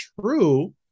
true